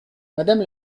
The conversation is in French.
madame